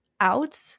out